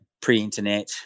pre-internet